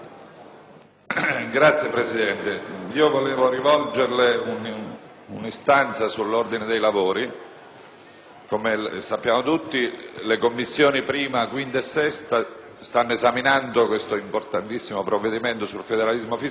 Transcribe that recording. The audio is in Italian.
Signor Presidente, vorrei rivolgerle un'istanza sull'ordine dei lavori. Come sappiamo tutti, le Commissioni riunite 1ª, 5ª e 6ª stanno esaminando l'importantissimo provvedimento sul federalismo fiscale